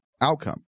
outcome